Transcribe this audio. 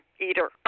eater